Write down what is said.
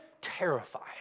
terrified